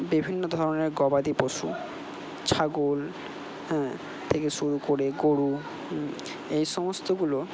বিভিন্ন ধরনের গবাদি পশু ছাগল হ্যাঁ থেকে শুরু করে গরু এই সমস্তগুলো